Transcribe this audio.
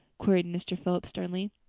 queried mr. phillips sternly.